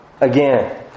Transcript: again